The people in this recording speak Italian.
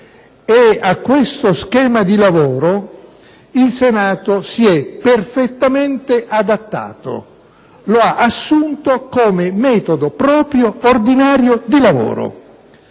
e a questo schema di lavoro il Senato si è perfettamente adattato: lo ha assunto come metodo proprio, ordinario di lavoro.